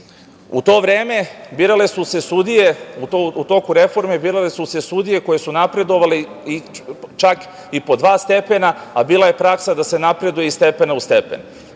automobile.U toku reforme birale su se sudije koje su napredovale čak i po dva stepena, a bila je praksa da se napreduje iz stepena u stepen.